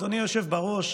אדוני היושב בראש,